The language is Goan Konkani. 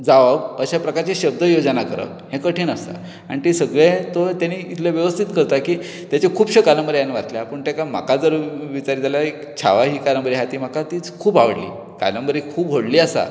जावप अश्या प्रकाराचे शब्द योजना करप हें कठीण आसता आनी ती सगळें तो ताणी इतलें वेवस्थीत करता की ताच्यो खुबश्यो कादंबरी हांवें वाचल्या पूण म्हाका जर विचारीत जाल्यार एक छावा ही कादंबरी आसा म्हाका तीच खूब आवडली कादंबरी खूब व्हडली आसा